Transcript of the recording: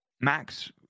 Max